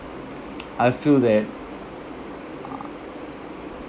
I feel that uh